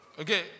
Okay